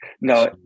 No